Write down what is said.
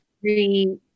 three